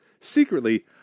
Secretly